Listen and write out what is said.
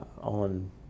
on